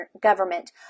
government